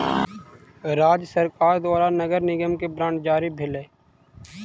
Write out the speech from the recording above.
राज्य सरकार द्वारा नगर निगम के बांड जारी भेलै